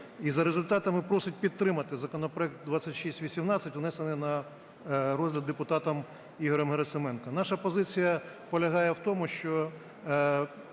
І за результатами, просить підтримати законопроект 2618 внесений на розгляд депутатом Ігорем Герасименком. Наша позиція полягає в тому, що